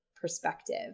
perspective